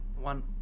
one